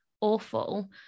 awful